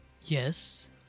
Yes